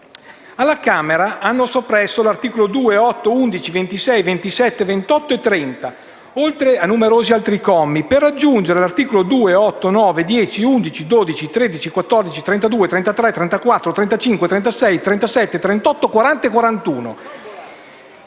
Alla Camera hanno soppresso gli articoli 2, 8, 11, 26, 27, 28 e 30 oltre a numerosi commi, per aggiungere gli articoli 2, 8, 9, 10, 11, 12, 13, 14, 32, 33, 34, 35, 36, 37, 38, 40 e 41.